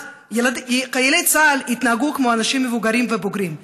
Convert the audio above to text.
אז חיילי צה"ל התנהגו כמו אנשים מבוגרים ובוגרים,